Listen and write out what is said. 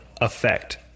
Effect